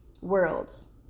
worlds